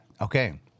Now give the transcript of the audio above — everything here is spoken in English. okay